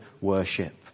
worship